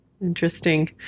Interesting